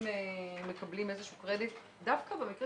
בכלל